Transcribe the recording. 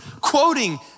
quoting